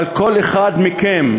אבל כל אחד מכם,